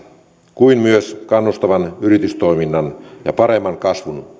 kuin myös kannustavan yritystoiminnan ja paremman kasvun